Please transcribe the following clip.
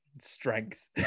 Strength